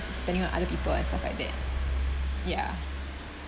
spending on other people and stuff like that ya